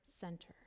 center